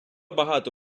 багато